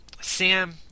Sam